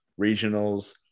regionals